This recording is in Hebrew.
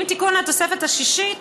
עם תיקון התוספת השישית